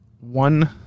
one